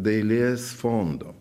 dailės fondo